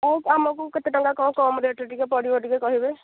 ହଉ ଆଉ ଆମକୁ କେତେ ଟଙ୍କା କ'ଣ କମ୍ ରେଟ୍ ଟିକେ ପଡ଼ିବ ଟିକେ କହିବେ